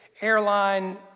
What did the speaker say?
airline